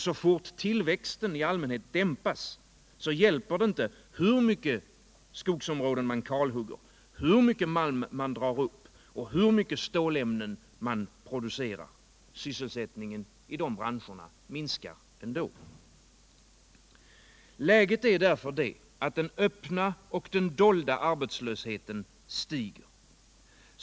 Så fort tillväxten i allmänhet dämpas, hjälper det inte hur många skogsområden man kalhugger, hur mycket malm man drar upp, hur mycket stålämnen man producerar — sysselsättningen i de ifrågavarande branscherna minskar ändå. Läget är därför det, att den öppna och den dolda arbetslösheten stiger.